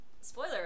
spoiler